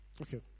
Okay